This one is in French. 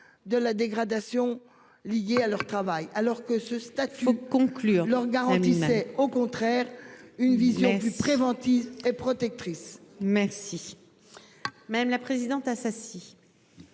de la dégradation liée à leur travail, alors que ce statut conclure leur garantissait au contraire une vision plus préventive et protectrice.